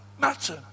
matter